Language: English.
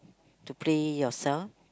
to play yourself